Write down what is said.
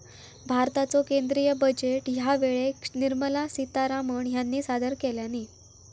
भारताचो केंद्रीय बजेट ह्या वेळेक निर्मला सीतारामण ह्यानी सादर केल्यानी